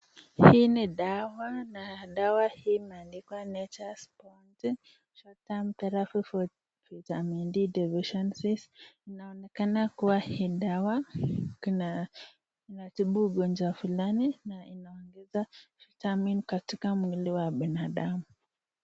Hii ni dawa na dawa hii imeandikwa NATURE'S BOUNTY short term therapy for vitamin D deficiencies. Inaonekana kuwa hii dawa inatibu ugonjwa fulani na inaongeza vitamini katika mwili wa binadamu.